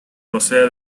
procede